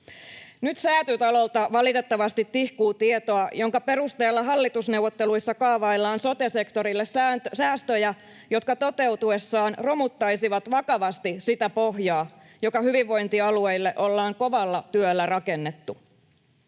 Nyt Säätytalolta valitettavasti tihkuu tietoa, jonka perusteella hallitusneuvotteluissa kaavaillaan sote-sektorille säästöjä, jotka toteutuessaan romuttaisivat vakavasti sitä pohjaa, joka hyvinvointialueille ollaan kovalla työllä rakennettu.